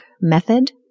method